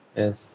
yes